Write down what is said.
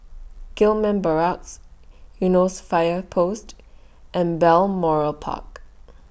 Gillman Barracks Eunos Fire Post and Balmoral Park